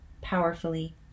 powerfully